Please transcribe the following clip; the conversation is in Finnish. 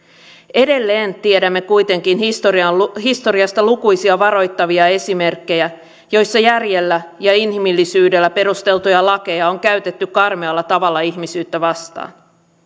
edelleen tiedämme kuitenkin historiasta historiasta lukuisia varoittavia esimerkkejä joissa järjellä ja inhimillisyydellä perusteltuja lakeja on käytetty karmealla tavalla ihmisyyttä vastaan